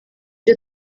byo